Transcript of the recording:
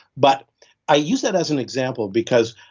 but i use it as an example because,